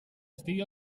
estigui